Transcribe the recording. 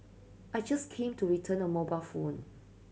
I just came to return a mobile phone